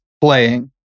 playing